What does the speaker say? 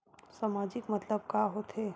सामाजिक मतलब का होथे?